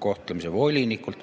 kohtlemise volinikult,